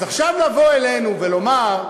אז עכשיו לבוא אלינו ולומר,